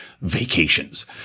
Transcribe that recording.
vacations